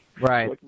Right